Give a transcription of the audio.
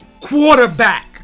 Quarterback